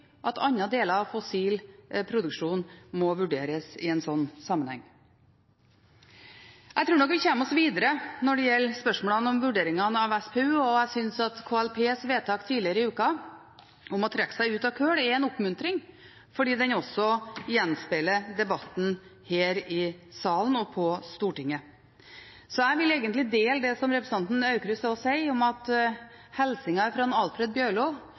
at andre deler av fossil produksjon må vurderes i en slik sammenheng. Jeg tror nok vi kommer oss videre når det gjelder spørsmålene om vurderingene av SPU, og jeg synes at KLPs vedtak tidligere i uka om å trekke seg ut av kull er en oppmuntring fordi den også gjenspeiler debatten her i salen og på Stortinget. Jeg vil egentlig dele det som representanten Aukrust sier om at hilsenen fra Alfred Bjørlo